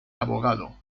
abogado